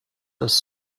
does